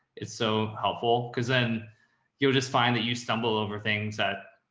it's so helpful. cause then you'll just find that you stumble over things that.